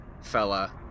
fella